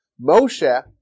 Moshe